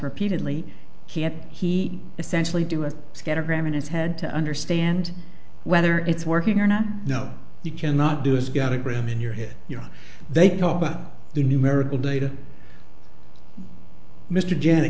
repeatedly can he essentially do a scatter gram in his head to understand whether it's working or not no you cannot do is got a gram in your head you know they talk about the numerical data mr janet